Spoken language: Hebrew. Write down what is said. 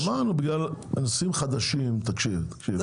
אמרנו דברים חדשים, תקשיב, תקשיב.